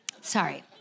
Sorry